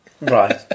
right